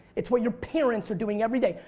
it's what your parents are doing every day.